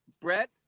Brett